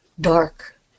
dark